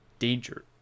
danger